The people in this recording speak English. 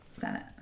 Senate